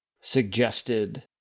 suggested